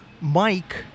mike